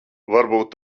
varbūt